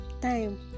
time